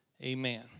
Amen